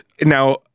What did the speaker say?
Now